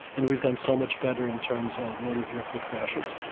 and we've done so much better in terms of motor vehicle crashes.